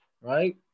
right